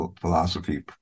philosophy